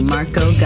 Marco